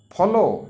follow